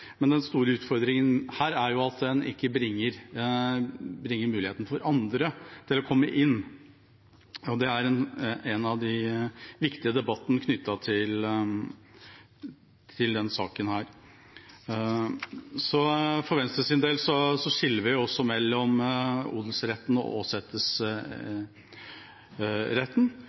Men den store utfordringen her er at den ikke gir andre muligheten til å komme inn. Det er en av de viktige debattene knyttet til denne saken. For Venstres del skiller vi mellom odelsretten og åsetesretten,